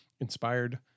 inspired